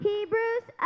Hebrews